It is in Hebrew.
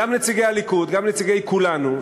גם נציגי הליכוד וגם נציגי כולנו,